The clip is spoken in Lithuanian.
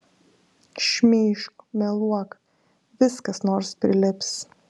šmeižk meluok vis kas nors prilips